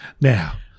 Now